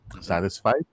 satisfied